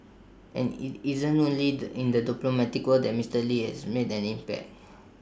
and IT isn't only the in the diplomatic world that Mister lee has made an impact